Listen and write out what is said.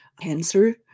Cancer